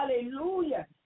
Hallelujah